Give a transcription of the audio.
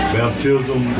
baptism